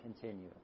continue